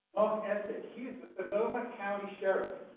essick. he's the sonoma county sheriff.